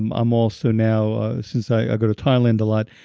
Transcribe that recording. um i'm also now since i go to thailand a lot,